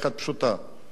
אני גר עם אמא,